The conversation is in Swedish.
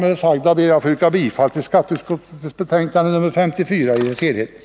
Med det sagda ber jag att få yrka bifall till utskottets hemställan.